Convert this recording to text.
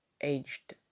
aged